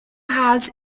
has